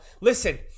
Listen